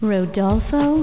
Rodolfo